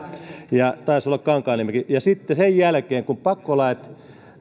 ja taisi olla kankaanniemikin ja sitten sen jälkeen kun pakkolait